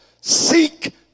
seek